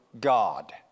God